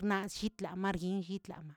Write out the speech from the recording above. rnaꞌashit lamarchinllit lama.